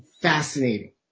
fascinating